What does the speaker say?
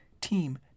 team